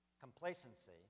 complacency